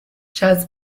jazz